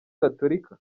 gatolika